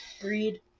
Breed